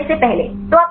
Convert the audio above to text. docking करने से पहले